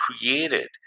created